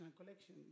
Collection